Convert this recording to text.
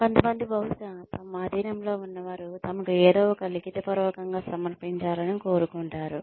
కొంతమంది బహుశా తమ అధీనంలో ఉన్నవారు తమకు ఏదో ఒక లిఖితపూర్వకంగా సమర్పించాలని కోరుకుంటారు